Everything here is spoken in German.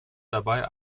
dabei